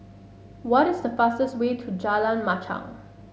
what is the fastest way to Jalan Machang